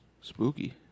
Spooky